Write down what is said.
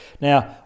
Now